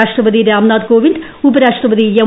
രാഷ്ട്രപതി രാംനാഥ് കോവിന്ദ് ഉപരാഷ്ട്ര പതി എം